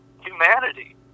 humanity